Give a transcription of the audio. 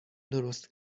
درست